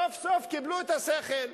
סוף סוף קיבלו שכל,